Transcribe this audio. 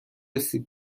سیب